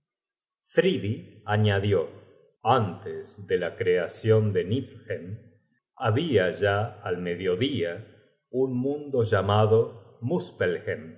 añadió antes de la creacion de niflhem habia ya al mediodía un mundo llamado